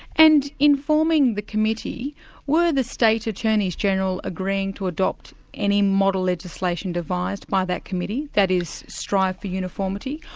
and informing the committee were the state attorneys-general agreeing to adopt any model legislation devised by that committee, that is, strive for uniformity?